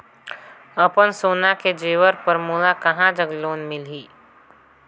अपन सोना के जेवर पर मोला कहां जग लोन मिलही?